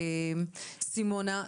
סימונה,